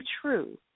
true